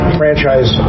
franchise